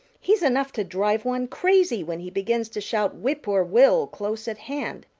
he's enough to drive one crazy when he begins to shout whip poor will close at hand.